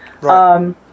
Right